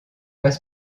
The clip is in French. pas